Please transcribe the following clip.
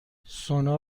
سونا